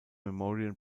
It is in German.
memorial